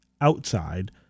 outside